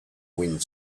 wind